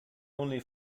only